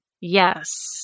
Yes